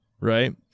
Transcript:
right